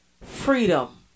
freedom